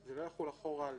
זה לא יחול אחורה על